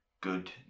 good